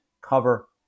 cover